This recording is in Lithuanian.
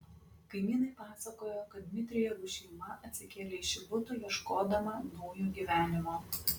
kaimynai pasakojo kad dmitrijevų šeima atsikėlė į šį butą ieškodama naujo gyvenimo